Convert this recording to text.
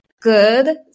good